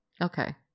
Okay